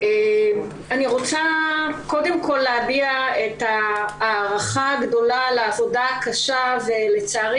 אני רוצה קודם כל להביע את ההערכה הגדולה לעבודה הקשה ולצערי